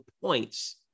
points